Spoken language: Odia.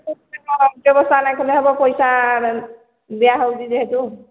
କେତେ କ'ଣ ବ୍ୟବସ୍ଥା ନାଇଁ କଲେ ହେବ ପଇସା ଦିଆହେଉଛି ଯେହେତୁ